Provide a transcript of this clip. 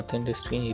industry